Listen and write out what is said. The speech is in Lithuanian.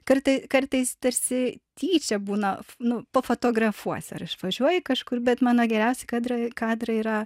kartai kartais tarsi tyčia būna nu pafotografuosiu ar išvažiuoju kažkur bet mano geriausi kadrai kadrai yra